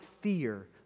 fear